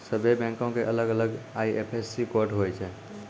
सभ्भे बैंको के अलग अलग आई.एफ.एस.सी कोड होय छै